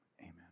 amen